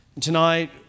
Tonight